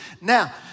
Now